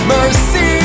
Mercy